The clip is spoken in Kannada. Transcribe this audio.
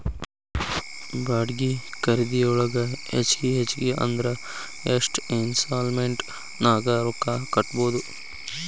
ಬಾಡ್ಗಿ ಖರಿದಿಯೊಳಗ ಹೆಚ್ಗಿ ಹೆಚ್ಗಿ ಅಂದ್ರ ಯೆಷ್ಟ್ ಇನ್ಸ್ಟಾಲ್ಮೆನ್ಟ್ ನ್ಯಾಗ್ ರೊಕ್ಕಾ ಕಟ್ಬೊದು?